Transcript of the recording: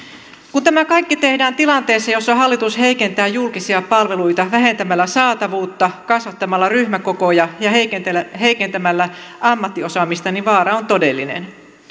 kun tämä kaikki tehdään tilanteessa jossa hallitus heikentää julkisia palveluita vähentämällä saatavuutta kasvattamalla ryhmäkokoja ja heikentämällä ammattiosaamista niin vaara on todellinen